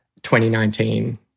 2019